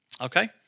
Okay